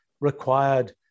required